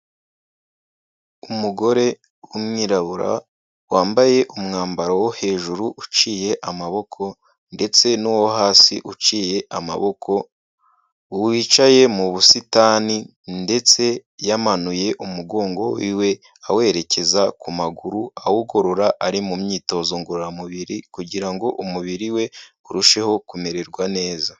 Umugore w'umwirabura, wambaye umwambaro wo hejuru uciye amaboko ndetse n'uwo hasi uciye amaboko, wicaye mu busitani ndetse yamanuye umugongo wiwe awerekeza ku maguru awugorora ari mu myitozo ngororamubiri kugira ngo umubiri we urusheho kumererwa neza.